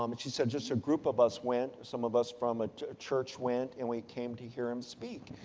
um but she said, just a group of us went, some of us from a church went, and we came to hear him speak.